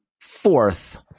fourth